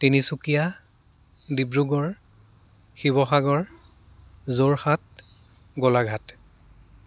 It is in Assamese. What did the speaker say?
তিনিচুকীয়া ডিব্ৰুগড় শিৱসাগৰ যোৰহাট গোলাঘাট